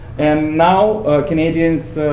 and now canadians